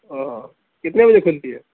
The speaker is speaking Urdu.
اوہ کتنے بجے کھلتی ہے